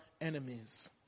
enemies